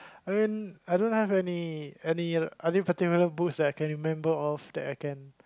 I mean I don't have any any any particular books that I can remember of that I can